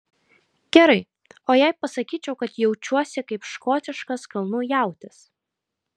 gerai o jei pasakyčiau kad jaučiuosi kaip škotiškas kalnų jautis